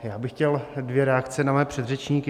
Já bych chtěl dvě reakce na mé předřečníky.